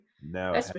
no